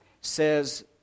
says